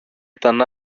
ήταν